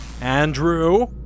Andrew